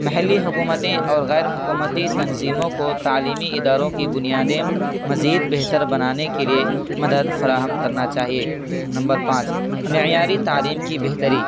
محلی حکومتیں اور غیر حکومتی تنظیموں کو تعلیمی اداروں کی بنیادیں مزید بہتر بنانے کے لیے مدد فراہم کرنا چاہیے نمبر پانچ معیاری تعلیم کی بہتری